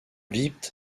vite